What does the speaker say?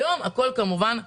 היום הכול כמובן קורס.